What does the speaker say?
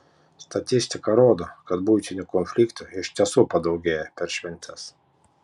statistika rodo kad buitinių konfliktų iš tiesų padaugėja per šventes